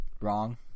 wrong